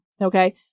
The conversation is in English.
Okay